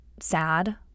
sad